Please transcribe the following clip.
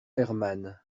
herman